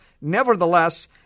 Nevertheless